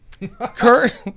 Kurt